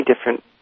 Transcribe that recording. different